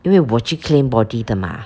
因为我去 claim body 的 mah